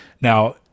now